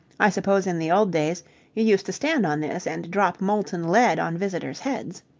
i suppose in the old days you used to stand on this and drop molten lead on visitors' heads.